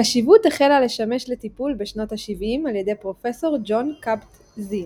הקשיבות החלה לשמש לטיפול בשנות השבעים על ידי פרופסור ג'ון קבט-זין.